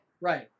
Right